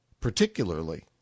particularly